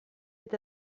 est